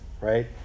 right